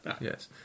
yes